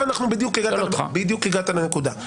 בדיוק הגעת לנקודה.